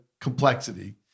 complexity